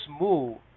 move